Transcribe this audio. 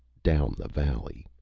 down the valley.